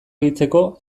gehitzeko